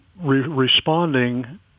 responding